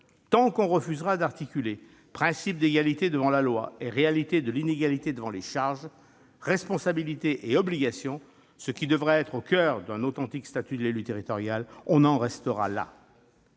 Tant qu'on refusera d'articuler principe d'égalité devant la loi et réalité de l'inégalité devant les charges, responsabilités et obligations, ce qui devrait être au coeur d'un authentique statut de l'élu territorial, on en restera là